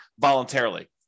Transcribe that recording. voluntarily